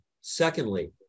Secondly